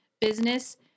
business